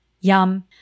Yum